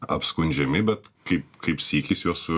apskundžiami bet kai kaip sykis juos